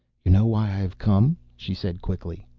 you know why i have come? she said quickly.